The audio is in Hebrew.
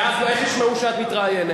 ואז איך ישמעו שאת מתראיינת?